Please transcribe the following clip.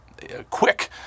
Quick